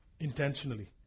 Intentionally